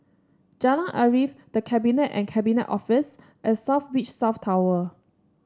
Jalan Arif The Cabinet and Cabinet Office and South Beach South Tower